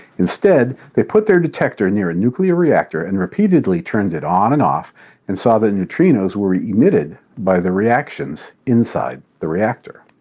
instead they put their detector near a nuclear reactor and repeatedly turned it on and off and saw that neutrinos were emitted by the reactions inside the reactor.